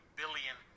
billion